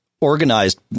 organized